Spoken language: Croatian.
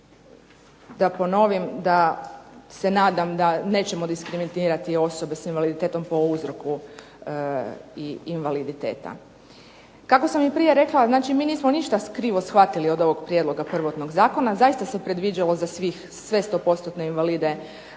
Da ponovim da se nadam da nećemo diskriminirati osobe s invaliditetom po uzroku i invaliditeta. Kako sam i prije rekla, znači mi nismo ništa krivo shvatili od ovog prijedloga prvotnog zakona, zaista se predviđalo za svih, sve